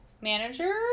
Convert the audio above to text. Manager